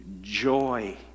joy